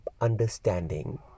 understanding